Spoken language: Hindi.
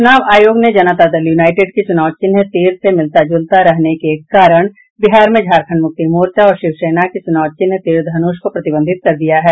चुनाव आयोग ने जनता दल यूनाइटेड के चुनाव चिन्ह तीर से मिलजा जुलता रहने के कारण बिहार में झारखंड मुक्ति मोर्चा और शिवसेना के चुनाव चिन्ह तीर धनुष को प्रतिबंधित कर दिया है